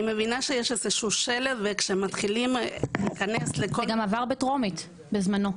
אני מבינה שיש שלד וכשמתחילים להיכנס -- זה גם עבר בטרומית בזמנו.